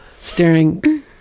staring